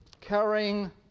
Carrying